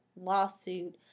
lawsuit